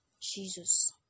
Jesus